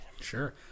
Sure